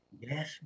yes